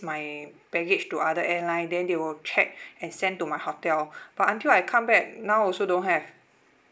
my baggage to other airline then they will check and send to my hotel but until I come back now also don't have